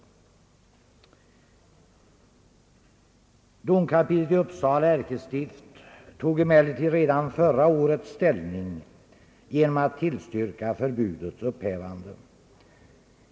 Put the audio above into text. Domkapitlet i Uppsala ärkestift tog emellertid redan förra året ställning genom att tillstyrka förbudets upphävande.